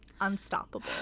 unstoppable